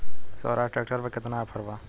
सोहराज tractor पर केतना offer बा?